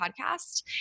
podcast